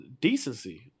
decency